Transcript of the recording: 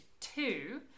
two